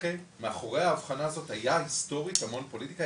מאחורי האבחנה הזאת היה היסטורית המון פוליטיקה.